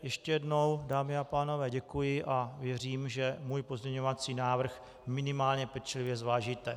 Ještě jednou, dámy a pánové, děkuji a věřím, že můj pozměňovací návrh minimálně pečlivě zvážíte.